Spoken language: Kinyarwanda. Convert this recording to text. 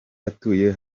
atuye